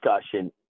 discussion